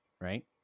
right